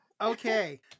Okay